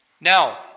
Now